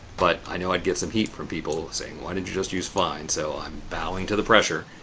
but i know i'd get some heat from people saying, why didn't you just use find? so, i'm bowing to the pressure.